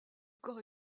corps